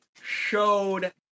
showed